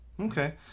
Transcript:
Okay